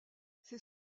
c’est